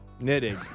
knitting